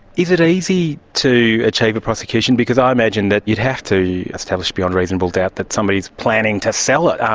is it easy to achieve a prosecution? because i imagine that you'd have to establish beyond reasonable doubt that somebody is planning to sell it. um